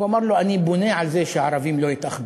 והוא אמר לו: אני בונה על זה שהערבים לא יתאחדו.